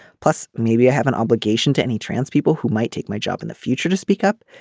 plus maybe i have an obligation to any trans people who might take my job in the future to speak up.